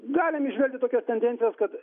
galim įžvelgti tokias tendencijas kad